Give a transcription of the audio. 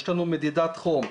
יש לנו מדידת חום,